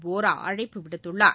வோரா அழைப்பு விடுத்துள்ளார்